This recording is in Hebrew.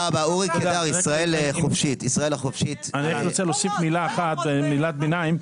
אני רוצה להוסיף מילת ביניים.